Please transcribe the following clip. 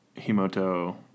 Himoto